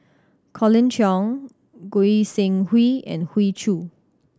Colin Cheong Goi Seng Hui and Hoey Choo